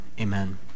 Amen